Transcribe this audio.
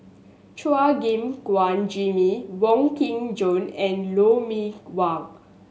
Chua Gim Guan Jimmy Wong Kin Jong and Lou Mee Wah